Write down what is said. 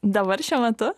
dabar šiuo metu